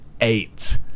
eight